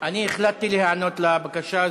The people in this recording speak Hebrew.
אני החלטתי להיענות לבקשה.